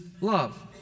love